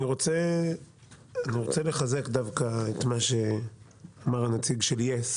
אני רוצה לחזק דווקא את מה שאמר הנציג של יס.